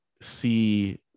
see